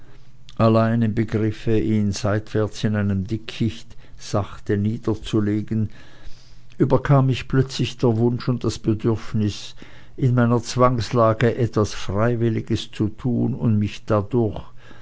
allein im begriff ihm seitwärts in einem dickicht sachte niederzulegen überkam mich plötzlich der wunsch und das bedürfnis in meiner zwangslage etwas freiwilliges zu tun und mich dadurch